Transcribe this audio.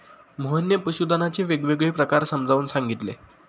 मोहनने पशुधनाचे वेगवेगळे प्रकार समजावून सांगितले